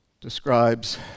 describes